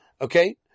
Okay